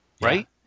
Right